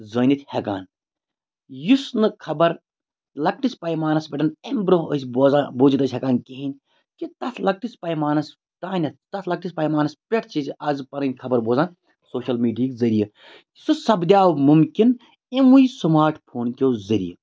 زٲنِتھ ہیٚکان یُس نہٕ خبر لَکٹِس پَیمانَس پیٚٹھ اَمہِ برونٛہہ ٲسۍ بوزان بوٗزِتھ ٲسۍ ہیٚکان کِہیٖنۍ کہِ تَتھ لَکٹِس پیمانَس تانیٚتھ تَتھ لَکٹِس پیمانَس پیٚٹھ چھِ أسۍ آز پَرٕنۍ خَبَر بوزان سوشَل میٖڈیہِکۍ ذٔریعہٕ سُہ سَپدیو مُمکِن یِموٕے سُماٹ فون کیو ذٔریعہٕ